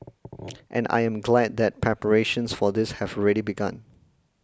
and I am glad that preparations for this have already begun